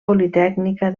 politècnica